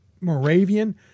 Moravian